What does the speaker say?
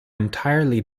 entirely